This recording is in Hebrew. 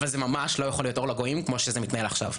אבל זה ממש לא יכול להיות אור לגויים כמו שזה מתנהל עכשיו,